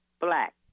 Black